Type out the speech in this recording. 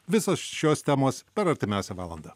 visos šios temos per artimiausią valandą